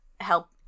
help